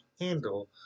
handle